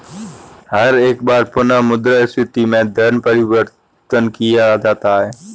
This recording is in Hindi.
हर एक बार पुनः मुद्रा स्फीती में धन परिवर्तन किया जाता है